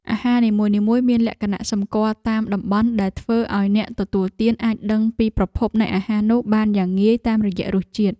អាហារនីមួយៗមានលក្ខណៈសម្គាល់តាមតំបន់ដែលធ្វើឱ្យអ្នកទទួលទានអាចដឹងពីប្រភពនៃអាហារនោះបានយ៉ាងងាយតាមរយៈរសជាតិ។